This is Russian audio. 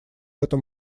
этом